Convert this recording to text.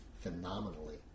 phenomenally